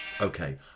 Okay